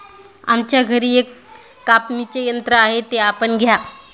आमच्या घरी एक कापणीचे यंत्र आहे ते आपण घ्या